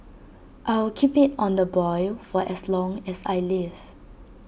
I'll keep IT on the boil for as long as I live